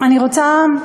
אני רוצה,